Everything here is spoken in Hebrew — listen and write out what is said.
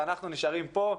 ואנחנו נשארים פה,